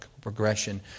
progression